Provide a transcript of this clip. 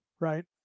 Right